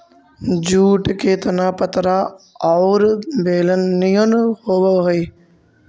jute के तना पतरा औउर बेलना निअन होवऽ हई